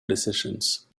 decisions